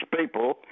people